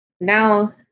now